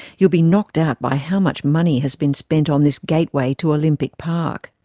you'll be knocked out by how much money has been spent on this gateway to olympic park.